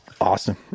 Awesome